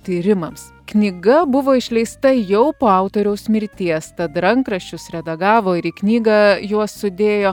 tyrimams knyga buvo išleista jau po autoriaus mirties tad rankraščius redagavo ir į knygą juos sudėjo